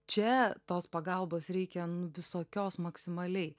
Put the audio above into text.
čia tos pagalbos reikia nu visokios maksimaliai